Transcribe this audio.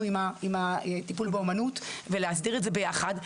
עם הטיפול באומנות ולהסדיר את זה יחד,